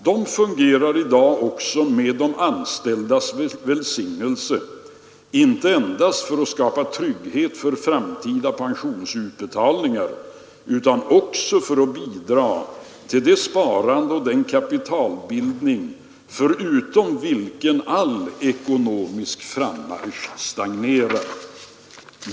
Dessa fungerar i dag också med de anställdas välsignelse inte endast för att skapa trygghet för framtida pensionsutbetalningar utan också för att bidra till det sparande och den kapitalbildning, förutan vilken all ekonomisk frammarsch stagnerar.